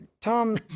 Tom